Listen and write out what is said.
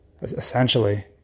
essentially